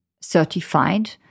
certified